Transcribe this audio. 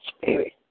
spirit